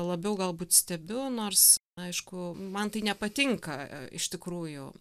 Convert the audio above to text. labiau galbūt stebiu nors aišku man tai nepatinka iš tikrųjų